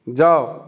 যাও